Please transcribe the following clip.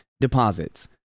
deposits